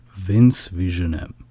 VinceVisionM